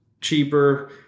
cheaper